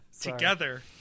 together